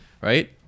right